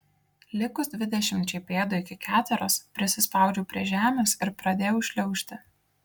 likus dvidešimčiai pėdų iki keteros prisispaudžiau prie žemės ir pradėjau šliaužti